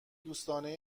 دوستانه